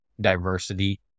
diversity